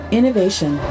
Innovation